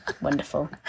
wonderful